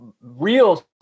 real